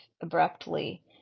abruptly